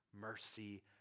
mercy